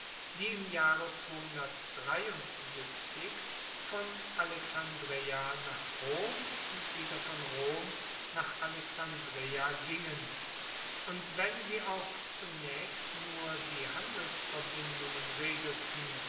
die im jahre von alexandreia nach rom und wieder von rom nach alexandreia gingen und wenn sie auch zunaechst nur die handelsverbindungen regelten